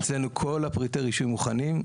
אצלנו כל פריטי הרישוי מוכנים,